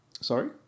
Sorry